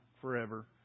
forever